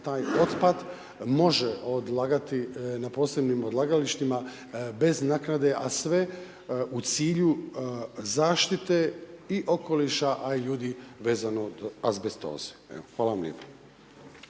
taj otpad može odlagati na posebnim odlagalištima bez naknade a sve u cilju zaštite i okoliša, a i ljudi vezano za azbestozu. Hvala vam lijepo.